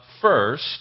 first